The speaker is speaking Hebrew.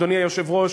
אדוני היושב-ראש,